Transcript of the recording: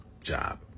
job